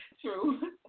True